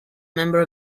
member